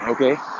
Okay